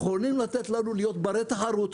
יכולים לתת לנו להיות ברי תחרות.